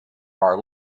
are